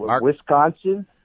Wisconsin